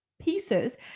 pieces